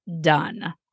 done